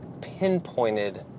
pinpointed